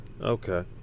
Okay